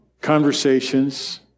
conversations